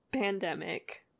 pandemic